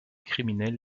criminels